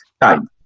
time